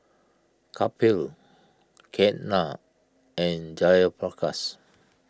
Kapil Ketna and Jayaprakash